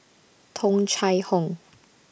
Tung Chye Hong